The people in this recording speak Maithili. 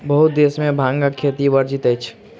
बहुत देश में भांगक खेती वर्जित अछि